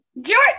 george